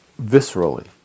Viscerally